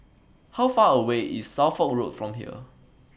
How Far away IS Suffolk Road from here